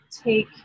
take